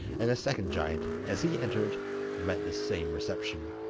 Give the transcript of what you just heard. and the second giant as he entered met the same reception.